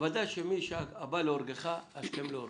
ודאי שהבא להרגך, השכם להרגו.